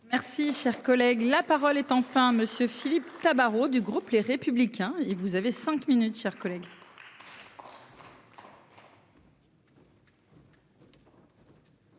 Merci, cher collègue, la parole est enfin monsieur Philippe Tabarot du groupe Les Républicains et vous avez 5 minutes, chers collègues.